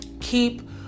keep